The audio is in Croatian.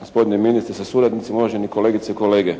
gospodine ministre sa suradnicima, uvažene kolegice i kolege.